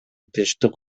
тынчтык